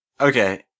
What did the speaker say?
Okay